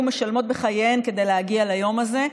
משלמות בחייהן כדי להגיע ליום הזה.